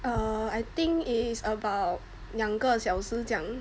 err I think is about 两个小时这样